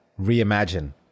reimagine